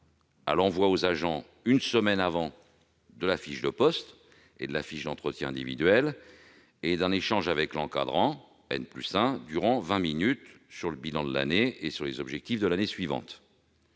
à l'envoi aux agents, une semaine auparavant, de la fiche de poste et de la fiche d'entretien individuel, et à un échange avec l'encadrant n+1, durant vingt minutes, sur le bilan de l'année et sur les objectifs de l'année suivante.